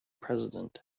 president